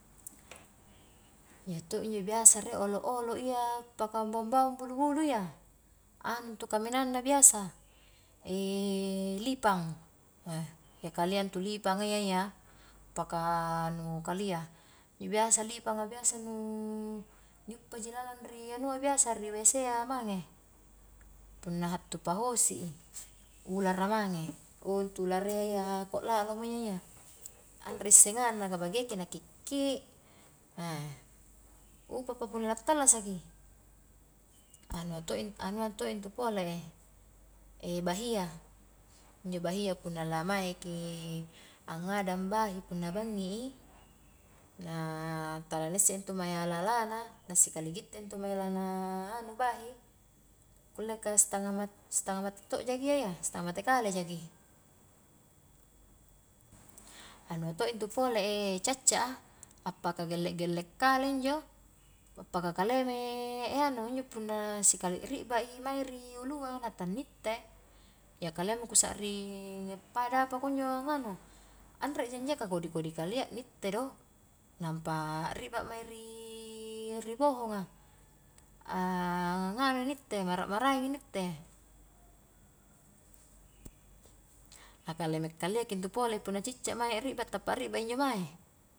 Iya to' injo biasa rie olo-olo iya paka ambaungbaung bulu-buulu iya, anu intu kaminangna biasa, lipang iya kalia intu lipang a iya ya paka anu kalia, injo biasa lipang a biasa nu niuppaji lalang ri anu biasa ri wc a mange, punna hattu pahosi i, ulara mange, intu ularayya ya ako lalo mo iya ya, anre issengangna ka bakkia ki na kikki, na upa'pa punna la tallasaki, anua to'-anua to' intu pole bahia, injo bahia punna lamaeki angngadang bahi punna bangi i, na tala ni isse intu mae hala-alana na sikali gitte intu mae lana anu bahi kulle ka sitanga mat-sitanga mate to' jaki iyya ya, sitanga mate kale jaki, anua to' intu pole cacca a appaka gelle-gelle kale injo, paka kaleme e anu injo punna sikali ri'ba i mange ri ulua na tannitte, iya kalia mi ku sakring appada apa kunjo nganu, anreja injoa ka kodi-kodi kalia ni itte do, nampa ri'ba mae ri bohonga nganu ni itte mara-maraengi ni itte na kaleme kalia ki intu pole punna cicca mae ri'ba tappa ri'baji injo mae.